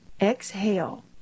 exhale